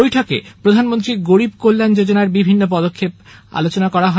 বৈঠকে প্রধানমন্ত্রী গরিব কল্যাণ যোজনার বিভিন্ন পদক্ষেপ আলোচনা হয়